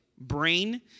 brain